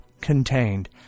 contained